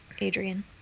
Adrian